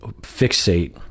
fixate